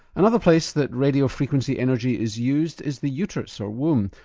another place that radio frequency energy is used is the uterus, or womb,